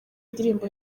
indirimbo